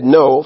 no